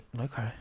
Okay